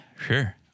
sure